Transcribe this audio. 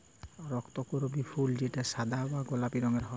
রক্তকরবী ফুল যেটা সাদা বা গোলাপি রঙের হ্যয়